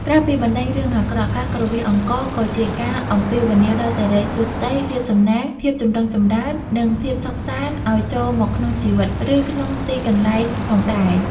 ក្រៅពីបណ្ដេញរឿងអាក្រក់ ការគ្រវាសអង្ករក៏ជាការអំពាវនាវដល់សិរីសួស្តី លាភសំណាង ភាពចម្រុងចម្រើន និងភាពសុខសាន្តឲ្យចូលមកក្នុងជីវិត ឬក្នុងទីកន្លែងផងដែរ។